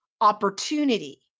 opportunity